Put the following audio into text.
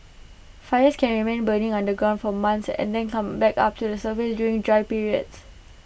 fires can remain burning underground for months and then come back up to the surface during dry periods